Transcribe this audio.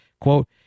quote